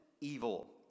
evil